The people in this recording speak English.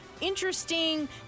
interesting